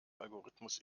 algorithmus